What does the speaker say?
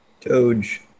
Doge